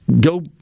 go